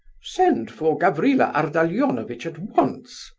send for gavrila ardalionovitch at once.